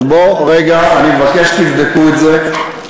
אז בוא, רגע, אני מבקש שתבדקו את זה,